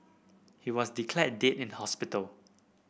he was declared dead in hospital